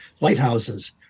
lighthouses